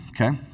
Okay